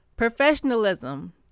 professionalism